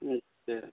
अच्छा